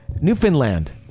Newfoundland